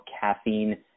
Caffeine